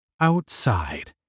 Outside